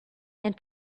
and